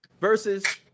versus